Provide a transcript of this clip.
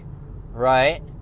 right